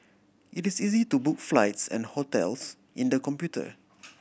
it is easy to book flights and hotels in the computer